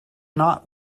not